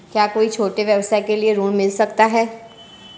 क्या कोई छोटे व्यवसाय के लिए ऋण मिल सकता है?